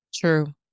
True